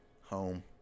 Home